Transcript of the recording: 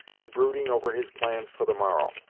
and brooding over his plans for the morrow.